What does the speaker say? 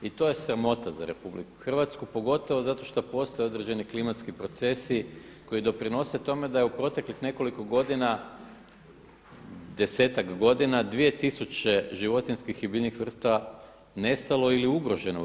I to je sramota za RH pogotovo zato što postoje određeni klimatski procesi koji doprinose tome da je u proteklih nekoliko godina, desetak godina dvije tisuće životinjskih i biljnih vrsta nestalo ili ugroženo u RH.